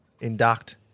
induct